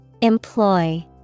Employ